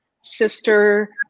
sister